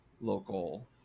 local